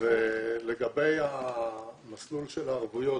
לגבי המסלול של הערבויות,